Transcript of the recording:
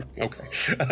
Okay